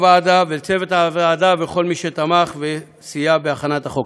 למנהלת הוועדה ולצוות הוועדה ולכל מי שתמך וסייע בהכנת החוק.